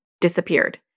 disappeared